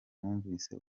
numvise